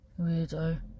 weirdo